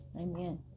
Amen